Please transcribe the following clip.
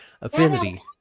affinity